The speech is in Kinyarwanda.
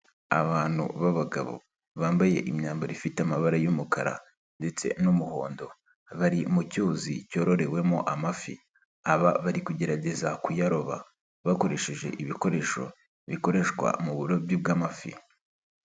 Abantu babagabo bambaye imyambaro ifite amabara y'umukara ndetse n'umuhondo bari mu cyuzi cyororewemo amafi aba bari kugerageza kuyaroba bakoresheje ibikoresho bikoreshwa mu burobyi bw'amafi.